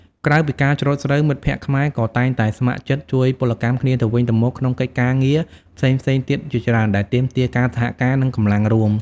ក្រៅពីការច្រូតស្រូវ មិត្តភក្តិខ្មែរក៏តែងតែស្ម័គ្រចិត្តជួយពលកម្មគ្នាទៅវិញទៅមកក្នុងកិច្ចការងារផ្សេងៗទៀតជាច្រើនដែលទាមទារការសហការនិងកម្លាំងរួម។